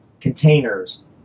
containers